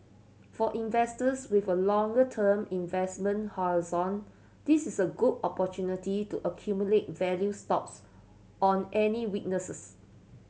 for investors with a longer term investment horizon this is a good opportunity to accumulate value stocks on any weaknesses